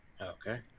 okay